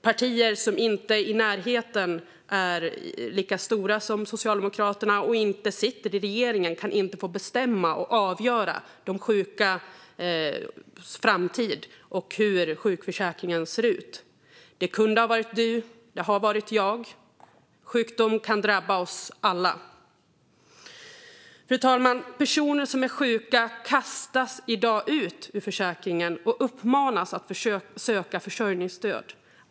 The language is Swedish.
Partier som inte är i närheten av Socialdemokraternas storlek och som inte sitter i regeringen kan inte få bestämma och avgöra de sjukas framtid och hur sjukförsäkringen ska se ut. Det kunde ha varit du, det har varit jag. Sjukdom kan drabba oss alla. Fru talman! Personer som är sjuka kastas i dag ut ur försäkringen och uppmanas att söka försörjningsstöd.